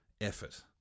effort